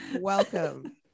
Welcome